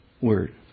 word